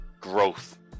growth